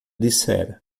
dissera